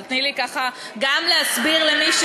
אבל תני לי גם להסביר למי,